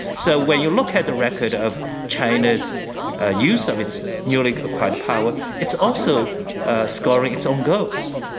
so, when you look at the record of china's ah use of its newly acquired power, it's also scoring its own goals.